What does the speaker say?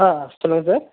ஆ சொல்லுங்கள் சார்